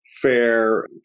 fair